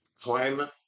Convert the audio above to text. climate